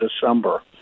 December